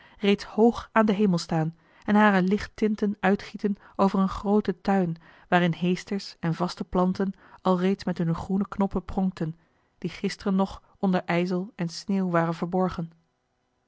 den hemel staan en hare lichttinten uitgieten over een grooten tuin waarin heesters en vaste planten alreeds met hunne groene knoppen pronkten die gisteren nog onder ijzel en sneeuw waren verborgen